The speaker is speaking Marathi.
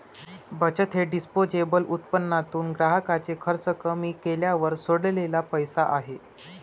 बचत हे डिस्पोजेबल उत्पन्नातून ग्राहकाचे खर्च कमी केल्यावर सोडलेला पैसा आहे